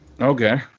Okay